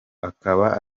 akaba